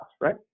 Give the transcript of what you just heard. right